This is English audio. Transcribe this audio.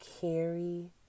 carry